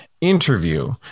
Interview